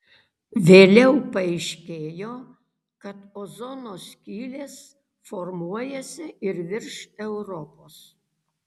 vėliau paaiškėjo kad ozono skylės formuojasi ir virš europos